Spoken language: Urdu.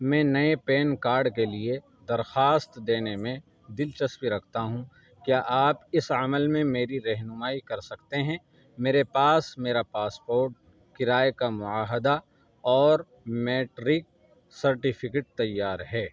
میں نئے پین کارڈ کے لیے درخواست دینے میں دلچسپی رکھتا ہوں کیا آپ اس عمل میں میری رہنمائی کر سکتے ہیں میرے پاس میرا پاسپوٹ کرائے کا معاہدہ اور میٹرک سرٹیفیکٹ تیار ہے